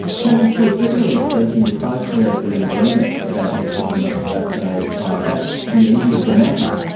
cameron stewart, generally speaking, if both parents are in agreement about a decision not to vaccinate a child that's the end of the matter.